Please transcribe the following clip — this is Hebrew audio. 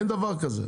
אין דבר כזה.